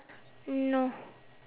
no